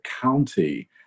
county